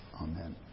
Amen